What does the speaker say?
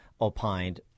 opined